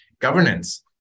governance